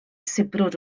sibrwd